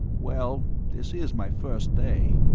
well, this is my first day.